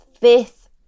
fifth